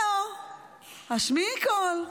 השמיעי קול.